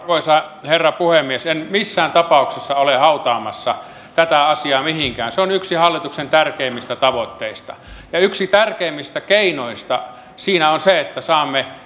arvoisa herra puhemies en missään tapauksessa ole hautaamassa tätä asiaa mihinkään se on yksi hallituksen tärkeimmistä tavoitteista ja yksi tärkeimmistä keinoista siinä on se että saamme